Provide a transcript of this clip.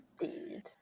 Indeed